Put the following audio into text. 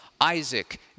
Isaac